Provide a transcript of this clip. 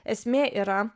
esmė yra